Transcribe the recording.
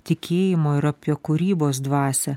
tikėjimo ir apie kūrybos dvasią